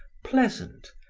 pleasant,